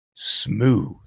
smooth